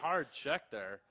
hard check their